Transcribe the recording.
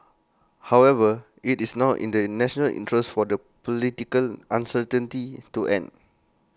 however IT is now in the national interest for the political uncertainty to end